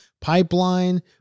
pipeline